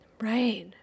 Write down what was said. Right